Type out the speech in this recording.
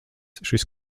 šis